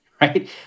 right